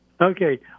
Okay